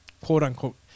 quote-unquote